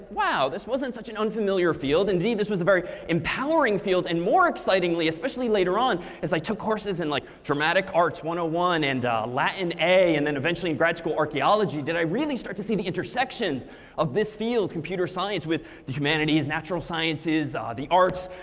wow, this wasn't such an unfamiliar field. indeed, this was a very empowering field, and more excitingly, especially later on, as i took courses in like dramatic arts one hundred and one and latin a and then eventually grad school archeology, did i really start to see the intersections of this field, computer science, with the humanities, natural sciences, the arts,